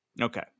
Okay